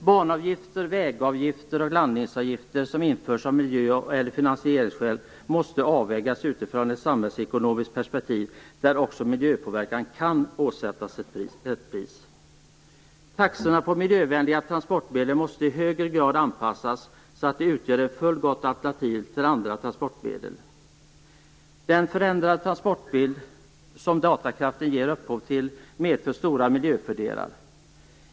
Banavgifter, vägavgifter och landningsavgifter som införs av miljö eller finansieringsskäl, måste avvägas utifrån ett samhällsekonomiskt perspektiv där också miljöpåverkan kan åsättas ett pris. Taxorna på miljövänliga transportmedel måste i högre grad anpassas så att de utgör ett fullgott alternativ till andra transportmedel. Den förändrade transportbild som datakraften ger upphov till, medför stora miljöfördelar.